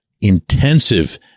intensive